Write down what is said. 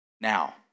Now